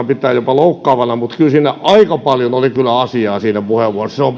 pitää jopa loukkaavana mutta kyllä siinä puheenvuorossa aika paljon oli asiaa se on